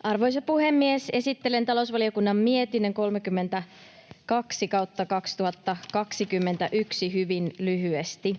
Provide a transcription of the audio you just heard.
Arvoisa puhemies! Esittelen talousvaliokunnan mietinnön 32/2021 hyvin lyhyesti.